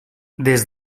des